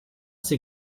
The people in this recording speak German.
sie